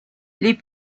les